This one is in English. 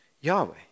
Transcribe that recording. Yahweh